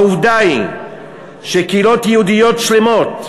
העובדה היא שקהילות יהודיות שלמות,